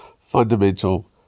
fundamental